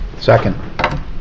Second